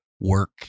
work